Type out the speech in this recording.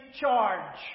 charge